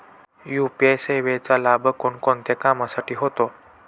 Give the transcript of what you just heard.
UPI सेवेचा लाभ कोणकोणत्या कामासाठी होतो?